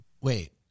wait